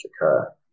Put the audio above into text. occur